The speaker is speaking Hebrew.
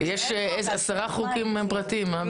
אבל עשרה חוקים פרטיים, מה הבעיה?